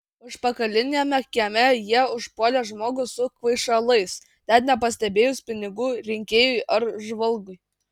užpakaliniame kieme jie užpuolė žmogų su kvaišalais net nepastebėjus pinigų rinkėjui ar žvalgui